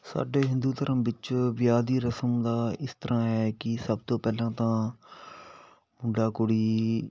ਸਾਡੇ ਹਿੰਦੂ ਧਰਮ ਵਿੱਚ ਵਿਆਹ ਦੀ ਰਸਮ ਦਾ ਇਸ ਤਰ੍ਹਾਂ ਹੈ ਕਿ ਸਭ ਤੋਂ ਪਹਿਲਾਂ ਤਾਂ ਮੁੰਡਾ ਕੁੜੀ